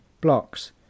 Blocks